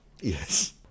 Yes